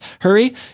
Hurry